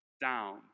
down